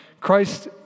Christ